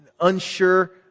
unsure